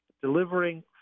delivering